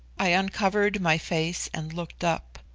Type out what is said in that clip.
i uncovered my face and looked up.